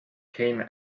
came